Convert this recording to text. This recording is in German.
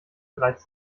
bereits